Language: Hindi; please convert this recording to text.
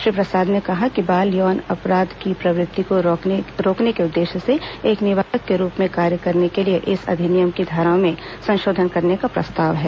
श्री प्रसाद ने कहा कि बाल यौन अपराध की प्रवृति को रोकने के उद्देश्य से एक निवारक के रूप में कार्य करने के लिए इस अधिनियम की धाराओं में संशोधन करने का प्रस्ताव है